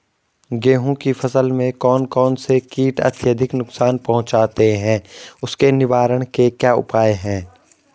गेहूँ की फसल में कौन कौन से कीट अत्यधिक नुकसान पहुंचाते हैं उसके निवारण के क्या उपाय हैं?